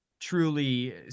truly